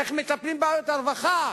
איך מטפלים בבעיות הרווחה.